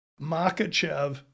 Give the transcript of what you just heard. Makachev